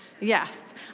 yes